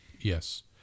Yes